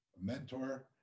mentor